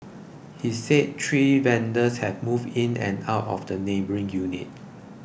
he said three vendors had moved in and out of the neighbouring unit